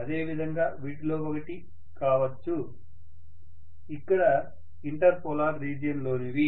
అదే విధంగా వీటిలో ఒకటి కావచ్చు ఇక్కడ ఇంటర్ పోలార్ రీజియన్ లోనివి